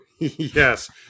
Yes